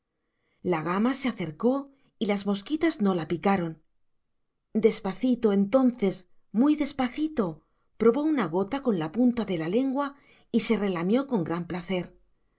la gama se acercó y las mosquitas no la picaron despacito entonces muy despacito probó una gota con la punta de la lengua y se relamió con gran placer